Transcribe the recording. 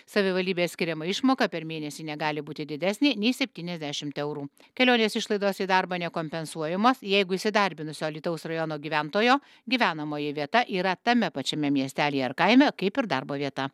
savivaldybės skiriama išmoka per mėnesį negali būti didesnė nei septyniasdešimt eurų kelionės išlaidos į darbą nekompensuojamos jeigu įsidarbinusio alytaus rajono gyventojo gyvenamoji vieta yra tame pačiame miestelyje ar kaime kaip ir darbo vieta